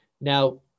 Now